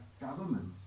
government